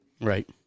Right